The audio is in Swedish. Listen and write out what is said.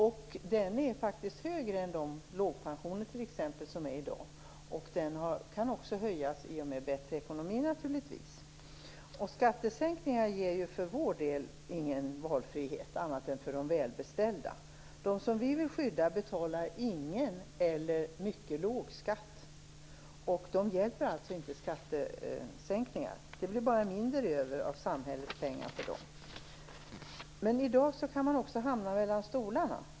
Och den ligger faktiskt på en högre nivå än dagens lågpensioner. Den längre försäkringen kan också höjas i och med att ekonomin blir bättre. För vår del anser vi att skattesänkningar inte ger någon valfrihet, annat än för de välbeställda. De som vi vill skydda betalar ingen eller mycket låg skatt, och i det läget hjälper det inte med skattesänkningar. Det blir bara mindre över av samhällets pengar till dessa människor. I dag kan man hamna mellan stolarna.